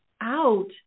out